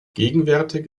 gegenwärtig